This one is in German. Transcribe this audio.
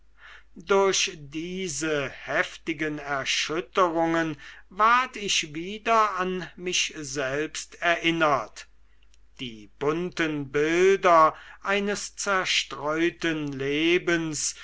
durch diese heftigen erschütterungen ward ich wieder an mich selbst erinnert die bunten bilder eines zerstreuten lebens